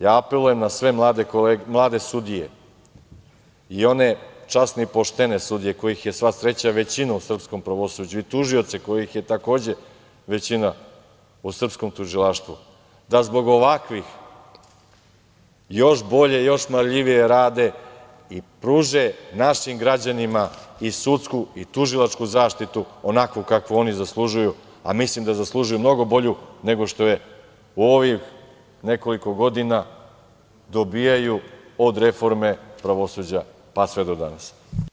Ja apelujem na sve mlade sudije i one časne i poštene sudije, kojih je sva sreća većina u srpskom pravosuđu, i tužioce, kojih je, takođe, većina u srpskom tužilaštvu, da zbog ovakvih još bolje, još marljivije rade i pruže našim građanima i sudsku i tužilačku zaštitu onakvu kakvu oni zaslužuju, a mislim da zaslužuju mnogo bolju nego što je u ovih nekoliko godina dobijaju od reforme pravosuđa pa sve do danas.